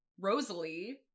Rosalie